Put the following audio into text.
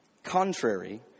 Contrary